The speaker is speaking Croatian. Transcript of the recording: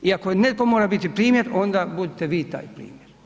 I ako netko mora biti primjer, onda budite vi taj primjer.